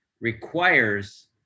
requires